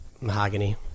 Mahogany